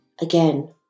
again